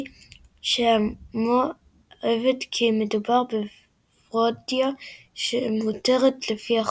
שעמו עבד כי מדובר בפרודיה שמותרת לפי החוק.